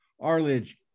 Arledge